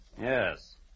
Yes